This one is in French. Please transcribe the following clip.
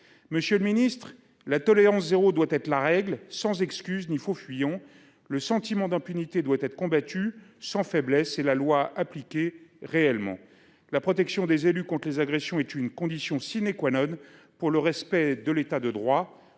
Monsieur le ministre, la tolérance zéro doit être la règle, sans excuses ni faux fuyants. Le sentiment d’impunité doit être combattu sans faiblesse, et la loi doit être appliquée réellement. La protection des élus contre les agressions est une condition du respect de l’État de droit.